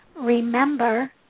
remember